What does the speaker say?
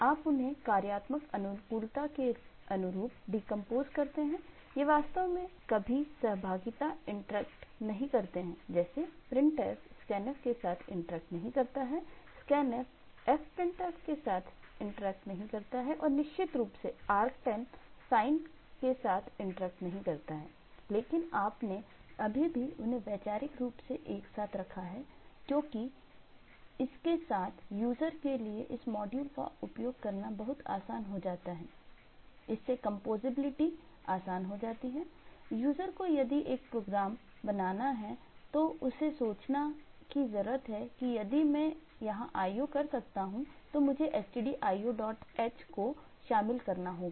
आप उन्हें कार्यात्मक अनुकूलता के अनुरूप डीकंपोज बनाना है तो उसे सोचने की ज़रूरत है कि यदि मैं यहाँ एक io कर रहा हूं तो मुझे stdioh को शामिल करना होगा